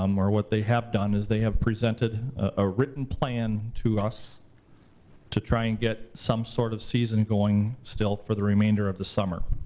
um or what they have done, is they have presented a written plan to us to try and get some sort of season going still for the remainder of the summer.